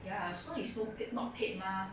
ya so is no pay not paid mah